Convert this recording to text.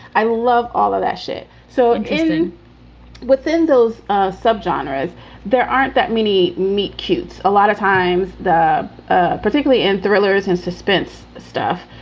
i love all of that shit. so even within those subgenres, there aren't that many meet cute a lot of times, ah particularly in thrillers and suspense stuff.